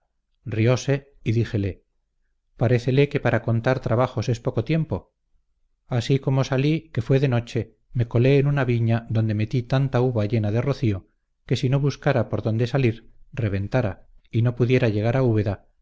riose y díjele parécele que para contar trabajos es poco tiempo así como salí que fue de noche me colé en una viña donde metí tanta uva llena de rocío que si no buscara por donde salir reventara y no pudiera llegar a úbeda